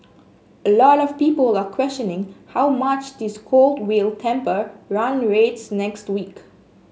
a lot of people are questioning how much this cold will temper run rates next week